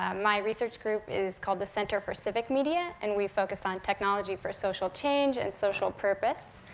um my research group is called the center for civic media, and we focus on technology for social change, and social purpose.